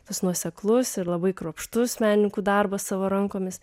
tas nuoseklus ir labai kruopštus menininkų darbas savo rankomis